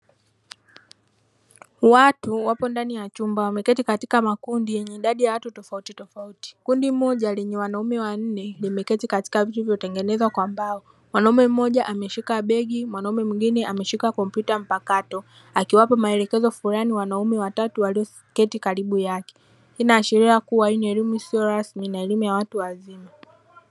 Watu wapo ndani ya chumba wameketi katika makundi yenye idadi ya watu tofautitofauti kundi moja lenye wanaume wanne, limeketi katika viti vilivyotengenezwa kwa mbao, wanaume mmoja ameshika begi mwanamume mwingine ameshika kompyuta mpakato akiwapo maelekezo fulani wanaume watatu walioketi karibu yake ila ashiria kuwa ni elimu isiyo rasmi na elimu ya watu wazima.